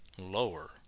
lower